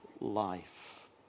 life